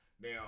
Now